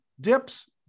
dips